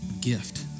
gift